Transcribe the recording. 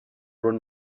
run